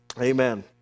amen